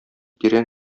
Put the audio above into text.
тирән